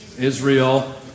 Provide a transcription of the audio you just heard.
Israel